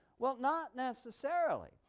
well, not necessarily.